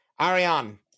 Ariane